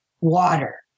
water